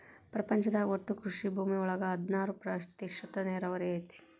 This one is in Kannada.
ಪ್ರಪಂಚದಾಗ ಒಟ್ಟು ಕೃಷಿ ಭೂಮಿ ಒಳಗ ಹದನಾರ ಪ್ರತಿಶತಾ ನೇರಾವರಿ ಐತಿ